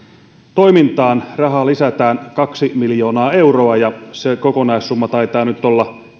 toimintaan rahaa lisätään kaksi miljoonaa euroa ja se kokonaissumma taitaa nyt olla